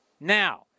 Now